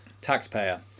taxpayer